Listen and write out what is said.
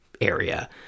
area